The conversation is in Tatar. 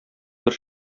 бер